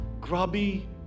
grubby